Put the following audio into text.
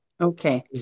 Okay